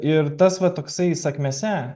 ir tas va toksai sakmėse